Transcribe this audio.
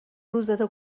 روزتو